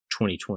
2020